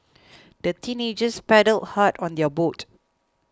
the teenagers paddled hard on their boat